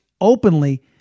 openly